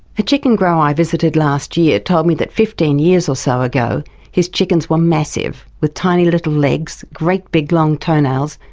a chicken grower i visited last year told me that fifteen years or so ago his chickens were massive with tiny little legs, great big long toenails,